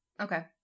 Okay